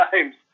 times